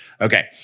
Okay